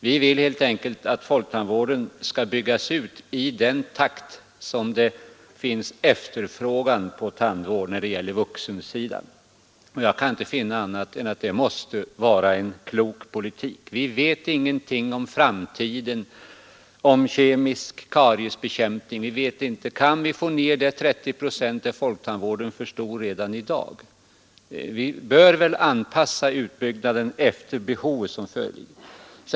Vi vill helt enkelt att folktandvården skall byggas ut i den takt som det blir efterfrågan på tandvård på vuxensidan. Jag kan inte finna annat än att det måste vara en klok politik. Vi vet ingenting om framtiden, vi vet ingenting om kemisk kariesbekämpning. Kan vi få ner kariesfrekvensen med 30 procent är folktandvården för stor redan i dag. Vi bör väl anpassa utbyggnaden efter behovet.